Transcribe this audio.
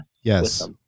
Yes